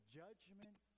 judgment